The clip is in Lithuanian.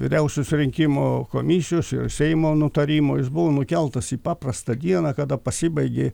vyriausios rinkimų komisijos seimo nutarimo jis buvo nukeltas į paprastą dieną kada pasibaigė